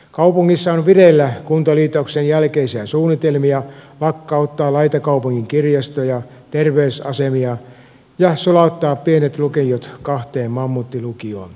kaupungissa on vireillä kuntaliitoksen jälkeisiä suunnitelmia lakkauttaa laitakaupungin kirjastoja terveysasemia ja sulauttaa pienet lukiot kahteen mammuttilukioon